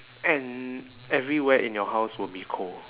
and everywhere in your house will be cold